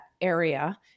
area